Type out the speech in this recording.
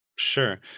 Sure